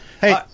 Hey